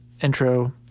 intro